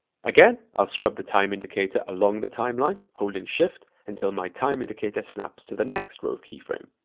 again, i'll scrub the time indicator along the timeline, holding shift, until my time indicator snaps to the next rove keyframe.